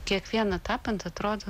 kiekvieną tapant atrodo